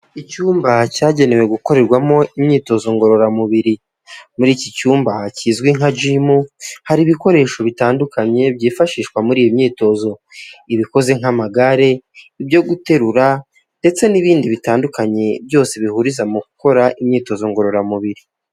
Icyumba cyagenewe gukorerwamo imyitozo ngororamubiri, muri iki cyumba kizwi nka jimu hari ibikoresho bitandukanye byifashishwa muri iyi myitozo, ibikoze nk'amagare, ibyo guterura ndetse n'ibindi bitandukanye byose bihuriza mu gukora imyitozo ngororamubiri.